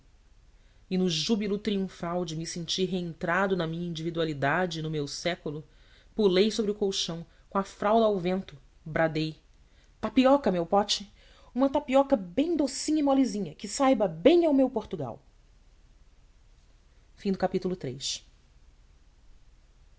e no júbilo triunfal de me sentir reentrado na minha individualidade e no meu século pulei sobre o colchão com a fralda ao vento bradei tapioca meu pote uma tapioca bem docinha e molezinha que saiba bem ao meu portugal ao